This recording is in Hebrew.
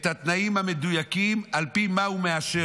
את התנאים המדויקים על פי מה הוא מאשר.